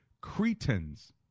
Cretans